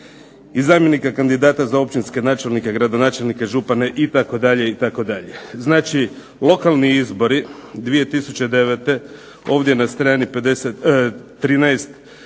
i zamjenika kandidata za općinske načelnike, gradonačelnike, župane itd., itd. Znači lokalni izbori 2009. ovdje na strani 13.